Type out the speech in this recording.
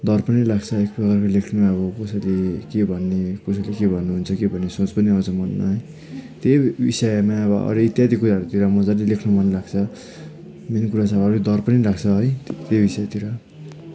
डर पनि लाग्छ एक प्रकारको लेख्न अब कसैले के भन्ने कसैले के भन्नुहुन्छ कि भन्ने सोच पनि आउँछ मनमा त्यही विषयमा अब अरू इत्यादि कुराहरूतिर मजाले लेख्नु मनलाग्छ मेन कुरा चाहिँ अलिक डर पनि लाग्छ है त्यो विषयतिर